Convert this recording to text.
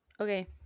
okay